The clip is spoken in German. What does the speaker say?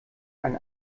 ein